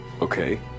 Okay